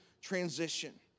Transition